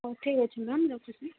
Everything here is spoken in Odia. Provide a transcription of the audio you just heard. ହଉ ଠିକ୍ ଅଛି ମ୍ୟାମ୍ ରଖୁଛି